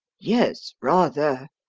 yes rather!